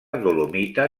dolomita